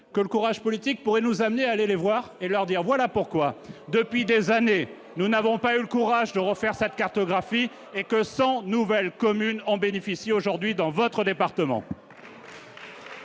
que le courage politique pourrait nous amener à aller les voir et leur dire : voilà pourquoi depuis des années, nous n'avons pas eu le courage de refaire sa cartographie et que, sans nouvelles communes en bénéficient aujourd'hui, dans votre département.